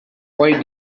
why